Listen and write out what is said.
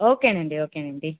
okay అండి okay అండి